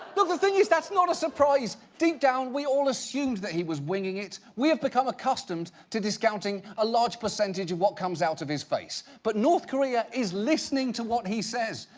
but the thing is that's not a surprise! deep down, we all assumed that he was winging it. we have become accustomed to discounting a large percentage of what comes out of his face. but north korea is listening to what he says.